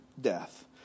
Death